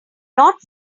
not